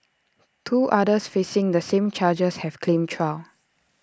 two others facing the same charges have claimed trial